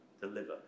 deliver